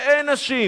והן נשים.